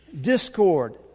discord